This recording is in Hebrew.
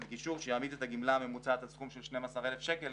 גישור שיעמיד את הגמלה הממוצעת על סכום של 12,000 שקל,